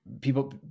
people